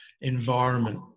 environment